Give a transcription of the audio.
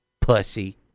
pussy